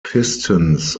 pistons